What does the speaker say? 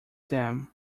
them